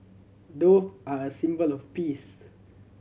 dove are a symbol of peace